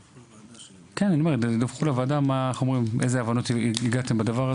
הוועדה תקבל דיווח לגבי ההבנות שהתקבלו.